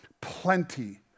plenty